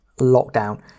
lockdown